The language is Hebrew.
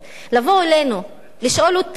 לשאול אותנו,